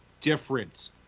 different